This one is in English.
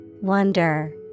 Wonder